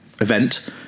event